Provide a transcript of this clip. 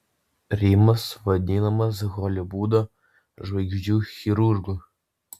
rimas vadinamas holivudo žvaigždžių chirurgu